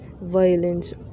violence